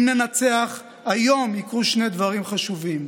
אם ננצח היום יקרו שני דברים חשובים: